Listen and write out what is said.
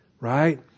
right